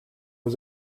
was